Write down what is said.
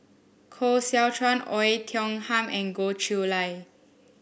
Koh Seow Chuan Oei Tiong Ham and Goh Chiew Lye